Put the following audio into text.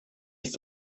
ist